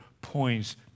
points